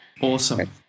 Awesome